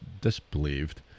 disbelieved